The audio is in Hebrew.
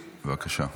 בבקשה.